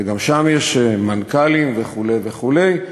וגם שם יש מנכ"לים וכו' וכו'.